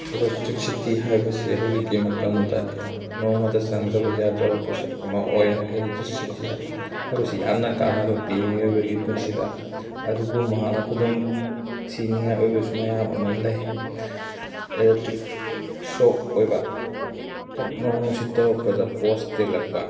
electricity ꯍꯥꯏꯕꯁꯦ ꯍꯧꯖꯤꯛꯀꯤ ꯃꯇꯝꯗ ꯌꯥꯝ ꯅꯣꯡꯃꯗ ꯆꯪꯗꯕ ꯌꯥꯗ꯭ꯔꯕ ꯄꯣꯠꯁꯛ ꯑꯃ ꯑꯣꯏꯔꯦ ꯏꯂꯦꯛꯇ꯭ꯔꯤꯛꯁꯤꯇꯤ ꯍꯥꯏꯕꯁꯤ ꯌꯥꯝꯅ ꯀꯥꯟꯅꯕ ꯄꯤ ꯃꯤꯑꯣꯏꯕꯒꯤ ꯄꯨꯟꯁꯤꯗ ꯑꯗꯨꯒꯨꯝ ꯍꯥꯟꯅ ꯈꯨꯗꯣꯡ ꯊꯤꯅꯤꯡꯉꯥꯏ ꯑꯣꯏꯕꯁꯨ ꯃꯌꯥꯝ ꯑꯃ ꯂꯩ ꯏꯂꯦꯛꯇ꯭ꯔꯤꯛ ꯁꯣꯛ ꯑꯣꯏꯕ ꯍꯦꯛ ꯅꯣꯡ ꯅꯨꯡꯁꯤꯠ ꯇꯧꯔꯛꯄꯗ ꯄꯣꯁ ꯇꯦꯛꯂꯛꯄ